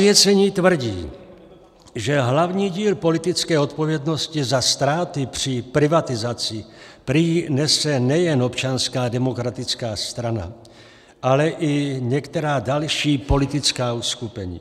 Zasvěcení tvrdí, že hlavní díl politické odpovědnosti za ztráty při privatizaci prý nese nejen Občanská demokratická strana, ale i některá další politická uskupení.